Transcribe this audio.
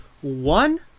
One